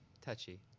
touchy